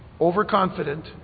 overconfident